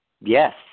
Yes